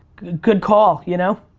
good call. you now?